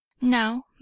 now